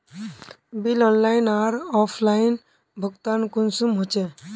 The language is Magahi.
बिल ऑनलाइन आर ऑफलाइन भुगतान कुंसम होचे?